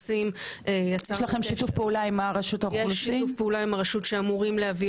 יש שיתוף פעולה עם הרשות שאמורים להביא